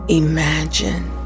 imagine